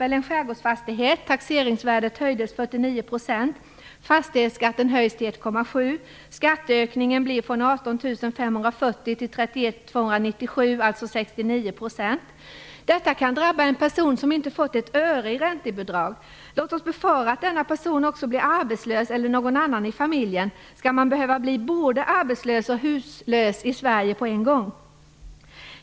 Det är en skärgårdsfastighet där taxeringsvärdet höjdes med 49 % och fastighetsskatten höjs till 1,7 %. Skatten ökar från 18 540 kr till 31 297 kr. Det är alltså en ökning på 69 %. Detta kan drabba en person som inte fått ett öre i räntebidrag. Låt oss befara att denna person eller någon annan i familjen också blir arbetslös. Skall man behöva bli både arbetslös och huslös på en gång i Sverige?